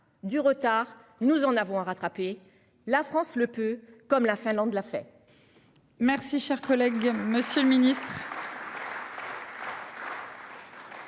du retard, nous en avons à rattraper la France le peut comme la Finlande, la fait.